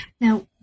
Now